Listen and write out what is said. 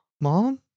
Mom